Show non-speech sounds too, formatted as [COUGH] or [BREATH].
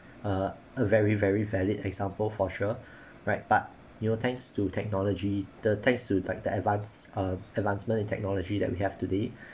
uh a very very valid example for sure [BREATH] right but you know thanks to technology the thanks to like the advanced uh advancement in technology that we have today